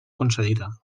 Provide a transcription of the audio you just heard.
concedida